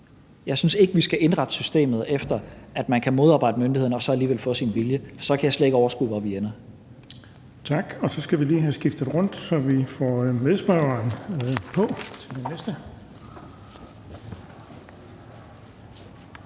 Jeg synes ikke, vi skal indrette systemet efter, at man kan modarbejde myndighederne og så alligevel få sin vilje. Så kan jeg slet ikke overskue, hvor vi ender. Kl. 16:08 Den fg. formand (Erling Bonnesen): Tak, og så skal vi lige have skiftet rundt, så vi får medspørgeren på. Værsgo